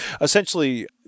essentially